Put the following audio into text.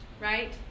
right